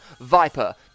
Viper